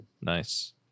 Nice